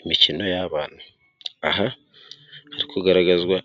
Imikino y'abana. Aha hari kugaragazwa